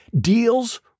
deals